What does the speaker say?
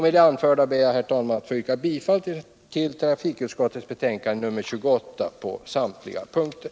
Med det anförda ber jag, herr talman, att få yrka bifall till trafikutskottets hemställan i betänkandet nr 28 på samtliga punkter.